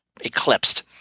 eclipsed